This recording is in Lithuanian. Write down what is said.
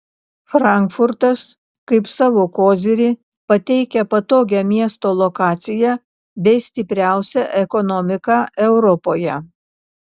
frankfurtas kaip savo kozirį pateikia patogią miesto lokaciją bei stipriausią ekonomiką europoje